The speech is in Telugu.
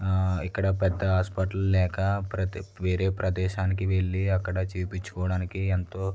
ఇక్కడ పెద్ద హాస్పిటల్ లేక వేరే ప్రదేశానికి వెళ్ళి అక్కడ చూపించుకోవడానికి ఎంతో